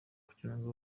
kugirango